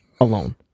Alone